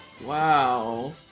Wow